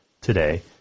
today